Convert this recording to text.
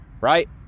right